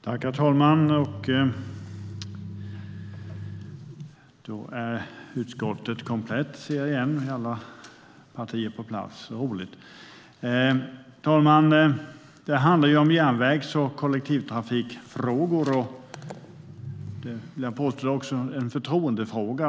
Herr talman! Detta betänkande handlar om järnvägs och kollektivtrafikfrågor. Jag vill påstå att det också är en förtroendefråga.